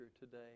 today